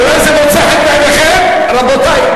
אולי זה מוצא חן בעיניכם, רבותי.